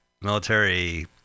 military